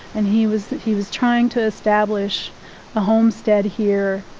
and he was he was trying to establish a homestead here.